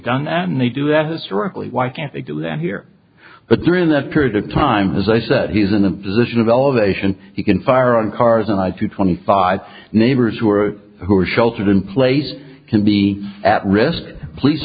done and they do that historically why can't they do that here but during that period of time as i said he's in the position of elevation he can fire on cars and i to twenty five neighbors who are who are sheltered in place can be at risk police